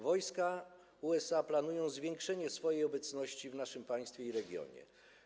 Wojska USA planują zwiększenie swojej obecności w naszym państwie i regionie.